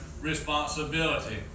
responsibility